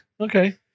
Okay